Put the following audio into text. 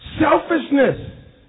selfishness